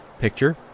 picture